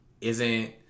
isn't-